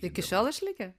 iki šiol išlikę